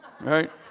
Right